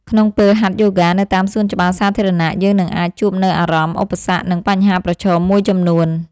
ក្នុងពេលហាត់យូហ្គានៅតាមសួនច្បារសាធារណៈ យើងនឹងអាចជួបនូវអារម្មណ៍ ឧបសគ្គ និងបញ្ហាប្រឈមមួយចំនួន។